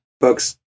books